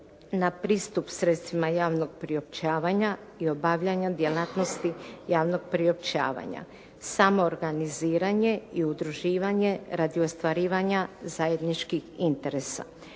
na pristup sredstvima javnog priopćavanja i obavljanja djelatnosti javnog priopćavanja, samoorganiziranje i udruživanje radi ostvarivanja zajedničkih interesa.